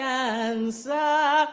answer